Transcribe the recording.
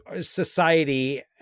society